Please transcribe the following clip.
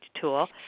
tool